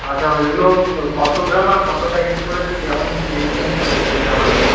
আচ্ছা ওইগুলো কত গ্রাম আর কত প্যাকেট করে কেমন কি দেখছেন একটু যদি জানাতেন